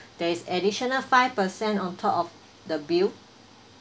there is additional five percent on top of the bill